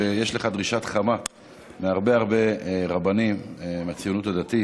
שיש לך דרישת שלום חמה מהרבה הרבה רבנים מהציונות הדתית,